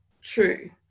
true